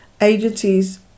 agencies